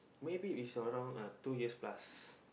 maybe is around uh two years plus